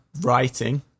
writing